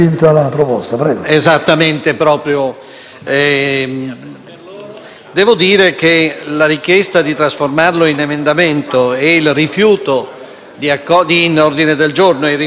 devo dire che la richiesta di trasformarlo in ordine del giorno e il rifiuto da parte del Governo di accogliere l'ordine del giorno è molto emblematico,